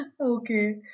Okay